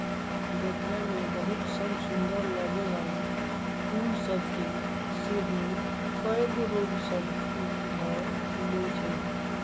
देखय में बहुते समसुन्दर लगे वला फूल सभ के सेहो कएगो रोग सभ ध लेए छइ